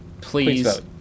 Please